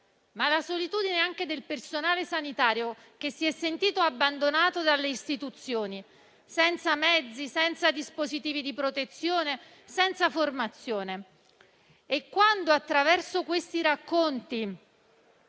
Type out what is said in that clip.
ma anche quella del personale sanitario, che si è sentito abbandonato dalle istituzioni, senza mezzi, senza dispositivi di protezione e senza formazione. E quando, attraverso questi racconti,